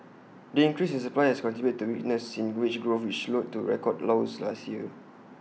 the increase in supply has contributed to weakness in wage growth which slowed to record lows last year